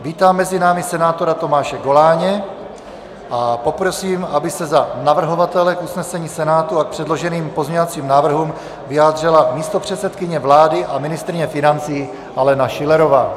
Vítám mezi námi senátora Tomáše Goláně a poprosím, aby se za navrhovatele k usnesení Senátu a k předloženým pozměňovacím návrhům vyjádřila místopředsedkyně vlády a ministryně financí Alena Schillerová.